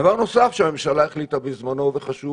דבר נוסף שהממשלה החליטה בזמנו וחשוב